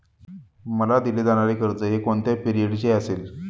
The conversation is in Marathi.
मला दिले जाणारे कर्ज हे कोणत्या पिरियडचे असेल?